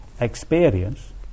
experience